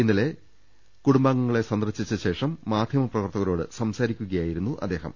ഇന്നലെ കൂടും ബാംഗങ്ങളെ സന്ദർശിച്ച ശേഷം മാധ്യമ പ്രവർത്തകരോട് സംസാരി ക്കുകയായിരുന്നു അദ്ദേഹം